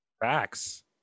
Facts